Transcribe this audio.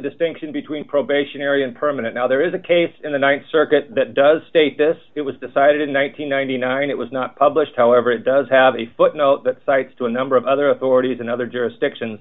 distinction between probationary and permanent now there is a case in the th circuit that does state this it was decided in nine hundred and ninety nine it was not published however it does have a footnote that cites to a number of other authorities in other jurisdictions